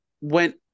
went